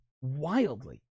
wildly